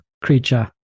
creature